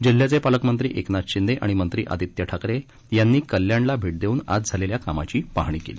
जिल्ह्याचे पालकमंत्री एकनाथ शिंदे आणि मंत्री आदित्य ठाकरे यांनी कल्याणला भेट देऊन आज झालेल्या कामाची पाहणी केली